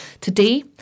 Today